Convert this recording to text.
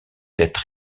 être